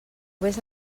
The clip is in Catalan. vés